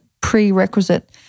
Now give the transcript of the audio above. prerequisite